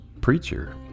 preacher